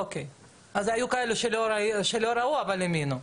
אוקיי, אז היו כאלה שלא ראו אבל האמינו.